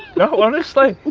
no, honestly.